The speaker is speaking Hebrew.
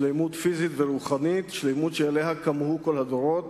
שלמות פיזית ורוחנית, שלמות שכמהו אליה כל הדורות,